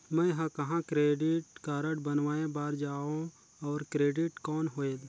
मैं ह कहाँ क्रेडिट कारड बनवाय बार जाओ? और क्रेडिट कौन होएल??